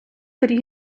пиріг